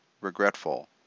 regretful